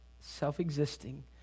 self-existing